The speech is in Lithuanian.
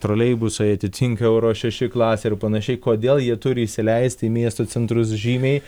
troleibusai atitinka euro šeši klasę ir panašiai kodėl jie turi įsileisti į miesto centrus žymiai